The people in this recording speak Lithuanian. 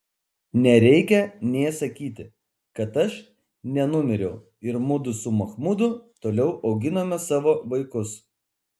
nereikia nė sakyti kad aš nenumiriau ir mudu su machmudu toliau auginome savo vaikus